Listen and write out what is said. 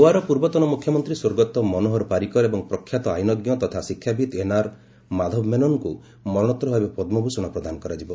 ଗୋଆର ପୂର୍ବତନ ମୁଖ୍ୟମନ୍ତ୍ରୀ ସ୍ୱର୍ଗତ ମନୋହର ପାରିକର ଏବଂ ପ୍ରଖ୍ୟାତ ଆଇନଜ୍ଞ ତଥା ଶିକ୍ଷାବିତ ଏନଆର ମାଧବମେନନ୍ଙ୍କୁ ମରଣୋତ୍ତର ଭାବେ ପଦ୍କଭୂଷଣ ପ୍ରଦାନ କରାଯିବ